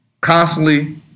constantly